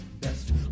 best